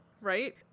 Right